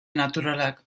naturalak